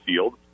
field